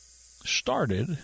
started